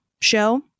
show